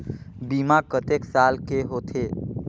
बीमा कतेक साल के होथे?